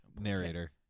narrator